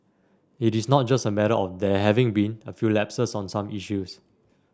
it is not just a matter of there having been few lapses on some issues